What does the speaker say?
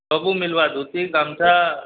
ସବୁ ମିଳିବ ଧୋତି ଗାମୁଛା